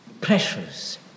pressures